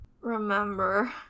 remember